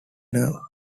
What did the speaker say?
nerve